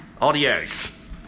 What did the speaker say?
Adios